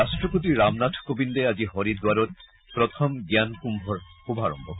ৰাষ্ট্ৰপতি ৰামনাথ কোবিন্দে আজি হৰিদ্বাৰত প্ৰথম জ্ঞান কুম্ভৰ শুভাৰম্ভ কৰে